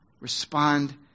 respond